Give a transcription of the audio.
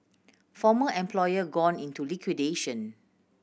former employer gone into liquidation